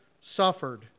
suffered